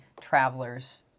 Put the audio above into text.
travelers